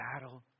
battle